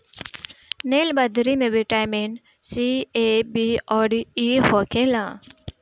नीलबदरी में vitamin C, A, B अउरी इ होखेला